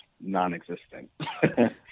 non-existent